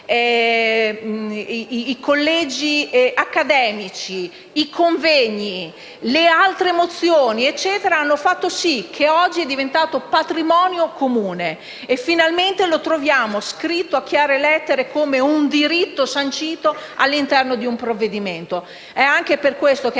I collegi accademici, i convegni e le altre mozioni hanno fatto sì che oggi diventasse patrimonio comune e finalmente lo troviamo scritto a chiare lettere come un diritto sancito all'interno di un provvedimento. È anche per questo che